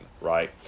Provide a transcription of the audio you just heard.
right